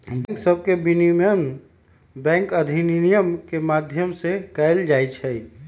bank सभके विनियमन bank अधिनियम के माध्यम से कएल जाइ छइ